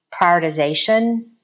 prioritization